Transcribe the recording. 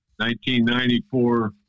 1994